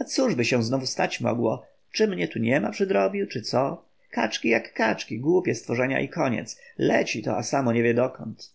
a cóżby się znów stać mogło czy mnie to tu niema przy drobiu czy co kaczki jak kaczki głupie stworzenia i koniec leci to a samo nie wie dokąd